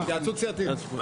התייעצות סיעתית.